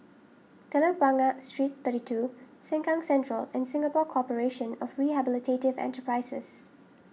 Telok Blangah Street thirty two Sengkang Central and Singapore Corporation of Rehabilitative Enterprises